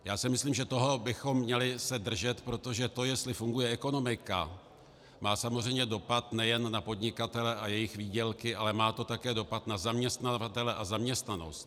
Já si myslím, že toho bychom se měli držet, protože to, jestli funguje ekonomika, má samozřejmě dopad nejen na podnikatele a jejich výdělky, ale má to také dopad na zaměstnavatele a zaměstnanost.